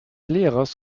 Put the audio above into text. lehrers